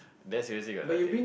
there seriously got nothing